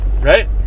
right